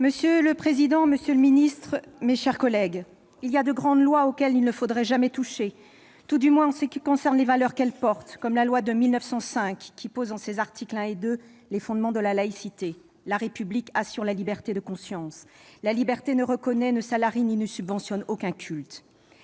Monsieur le président, monsieur le ministre, mes chers collègues, il y a de grandes lois auxquelles il ne faudrait jamais toucher, tout du moins en ce qui concerne les valeurs qu'elles portent, comme la loi de 1905 dont les articles 1 et 2 posent les fondements de la laïcité. Selon ces articles, en effet, « la République assure la liberté de conscience » et « ne reconnaît, ne salarie ni ne subventionne aucun culte.